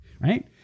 right